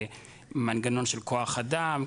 מנגנון של כוח אדם,